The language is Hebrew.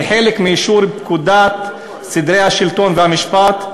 כחלק מאישור פקודת סדרי השלטון והמשפט,